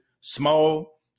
small